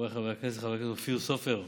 חבריי חברי הכנסת, חבר הכנסת אופיר סופר,